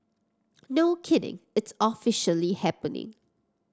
no kidding it's officially happening